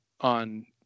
on